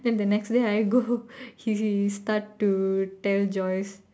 and then the next day I go he he start to tell Joyce